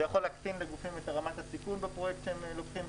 זה יכול להקטין לגופים את רמת הסיכון שהם לוקחים בפרויקט,